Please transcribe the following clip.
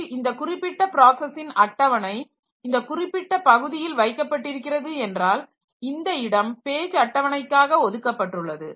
இதில் இந்த குறிப்பிட்ட பிராசஸின் அட்டவணை இந்த குறிப்பிட்ட பகுதியில் வைக்கப்பட்டிருக்கிறது என்றால் இந்த இடம் பேஜ் அட்டவணைகாக ஒதுக்கப்பட்டுள்ளது